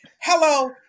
hello